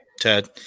Ted